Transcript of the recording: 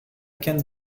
can